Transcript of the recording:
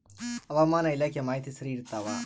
ಹವಾಮಾನ ಇಲಾಖೆ ಮಾಹಿತಿ ಸರಿ ಇರ್ತವ?